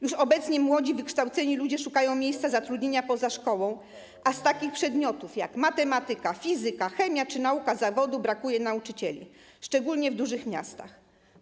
Już obecnie młodzi, wykształceni ludzie szukają miejsca zatrudnienia poza szkołą, a w przypadku takich przedmiotów jak matematyka, fizyka, chemia czy nauka zawodu brakuje nauczycieli, szczególnie w dużych miastach.